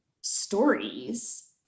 stories